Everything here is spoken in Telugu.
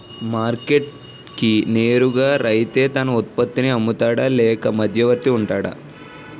మార్కెట్ కి నేరుగా రైతే తన ఉత్పత్తి నీ అమ్ముతాడ లేక మధ్యవర్తి వుంటాడా?